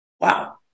wow